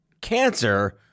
cancer